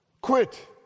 quit